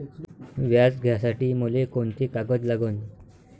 व्याज घ्यासाठी मले कोंते कागद लागन?